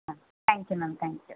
ah thank you ma'am thank you